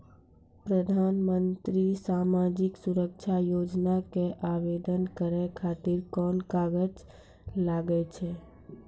प्रधानमंत्री समाजिक सुरक्षा योजना के आवेदन करै खातिर कोन कागज लागै छै?